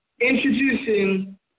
introducing